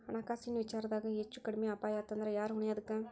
ಹಣ್ಕಾಸಿನ್ ವಿಚಾರ್ದಾಗ ಹೆಚ್ಚು ಕಡ್ಮಿ ಅಪಾಯಾತಂದ್ರ ಯಾರ್ ಹೊಣಿ ಅದಕ್ಕ?